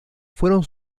fueron